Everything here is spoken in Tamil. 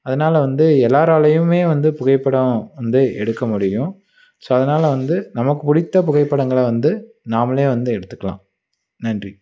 அதனால வந்து எல்லோராலையுமே வந்து புகைப்படம் வந்து எடுக்க முடியும் ஸோ அதனால வந்து நமக்கு பிடித்த புகைப்படங்களை வந்து நாமளே வந்து எடுத்துக்கலாம் நன்றி